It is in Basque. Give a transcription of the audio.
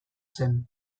zen